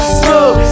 smooth